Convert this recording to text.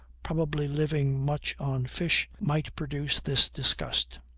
probably living much on fish might produce this disgust